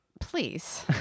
please